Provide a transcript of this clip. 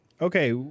Okay